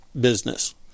business